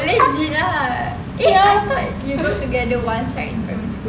legit ah eh I thought you two together months in primary school